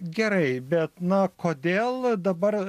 gerai bet na kodėl dabar